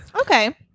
okay